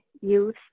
youth